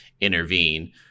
intervene